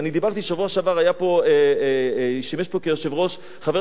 בשבוע שעבר שימש פה כיושב-ראש חבר הכנסת מולה.